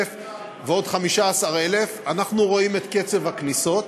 ועוד 15,000. אנחנו רואים את קצב הכניסות,